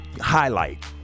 highlight